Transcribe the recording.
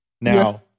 Now